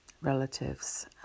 relatives